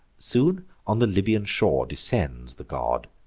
soon on the libyan shore descends the god,